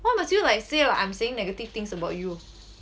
why must you say like I'm saying negative things about you